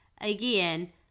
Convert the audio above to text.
Again